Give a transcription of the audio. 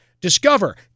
Discover